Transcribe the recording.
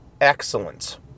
excellent